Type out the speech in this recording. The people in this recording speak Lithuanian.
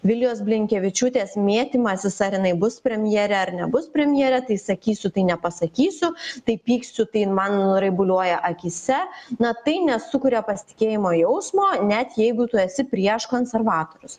vilijos blinkevičiūtės mėtymasis ar jinai bus premjere ar nebus premjere tai sakysiu tai nepasakysiu tai pyksiu tai man raibuliuoja akyse na tai nesukuria pasitikėjimo jausmo net jeigu tu esi prieš konservatorius